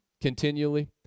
continually